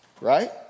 right